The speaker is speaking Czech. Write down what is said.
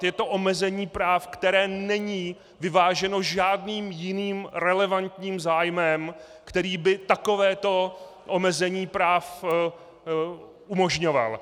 Je to omezení práv, které není vyváženo žádným jiným relevantním zájmem, který by takovéto omezení práv umožňoval.